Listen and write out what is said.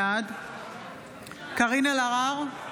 בעד קארין אלהרר,